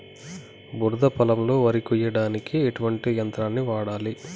బురద పొలంలో వరి కొయ్యడానికి ఎటువంటి యంత్రాన్ని వాడాలి?